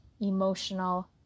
emotional